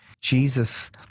Jesus